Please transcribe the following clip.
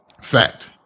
Fact